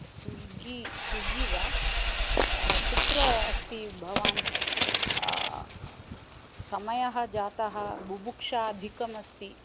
Swiggy Swiggy वा कुत्र अस्ति भवान् समयः जातः बुभुक्षा अधिकमस्ति